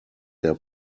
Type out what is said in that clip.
their